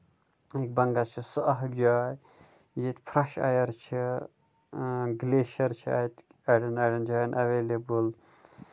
بَنگَس چھِ سۄ اکھ جاے ییٚتہِ فریش اَیر چھُ گِلیشر چھِ اَتہِ اَڈیَن اَڈین جاین ایویلیبٕل